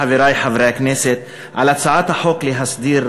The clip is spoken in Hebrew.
חברי חברי הכנסת, על הצעת החוק להסדרת